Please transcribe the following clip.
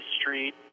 street